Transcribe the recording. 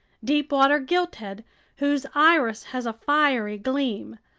deep-water gilthead whose iris has a fiery gleam,